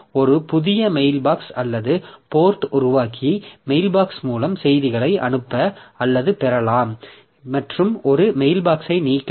ஒரு புதிய மெயில்பாக்ஸ் அல்லது போர்ட் உருவாக்கி மெயில்பாக்ஸ் மூலம் செய்திகளை அனுப்ப அல்லது பெறலாம் மற்றும் ஒரு மெயில்பாக்ஸ்யை நீக்கவும்